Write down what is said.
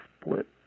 split